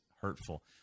hurtful